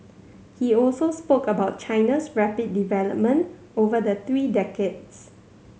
he also spoke about China's rapid development over the three decades